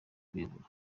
kuyobora